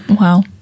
wow